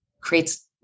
creates